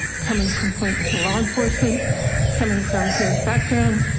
coming from point of law enforcement coming from his background.